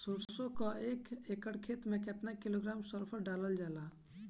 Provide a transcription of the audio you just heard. सरसों क एक एकड़ खेते में केतना किलोग्राम सल्फर डालल जाला?